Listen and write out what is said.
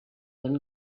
and